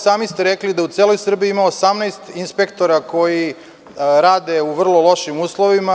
Sami ste rekli da u celoj Srbiji ima 18 inspektora koji rade u vrlo lošim uslovima.